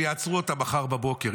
שיעצרו אותם מחר בבוקר.